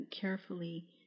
carefully